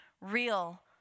real